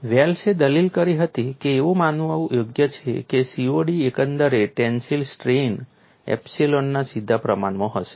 વેલ્સે દલીલ કરી હતી કે એવું માનવું યોગ્ય છે કે COD એકંદર ટેન્સિલ સ્ટ્રેઇન એપ્સિલોનના સીધા પ્રમાણમાં હશે